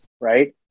right